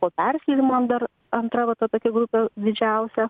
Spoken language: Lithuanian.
po persileidimo dar antra va ta tokia grupė didžiausia